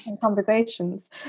conversations